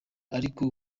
ariko